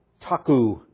taku